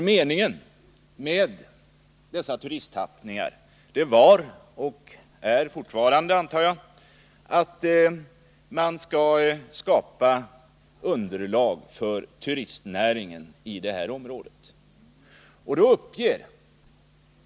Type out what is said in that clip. Meningen med dessa turisttappningar var — och är fortfarande, antar jag — att skapa underlag för turistnäringen i området.